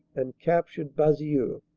and captured basieux.